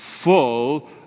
full